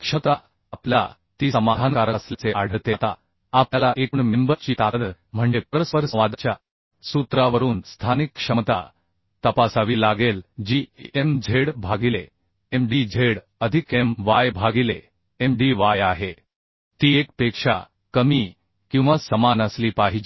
क्षमता आपल्याला ती समाधानकारक असल्याचे आढळते आता आपल्याला एकूण मेंबर ची ताकद म्हणजे परस्परसंवादाच्या सूत्रावरून स्थानिक क्षमता तपासावी लागेल जी Mz भागिले Mdz अधिक My भागिले Mdy आहे ती 1 पेक्षा कमी किंवा समान असली पाहिजे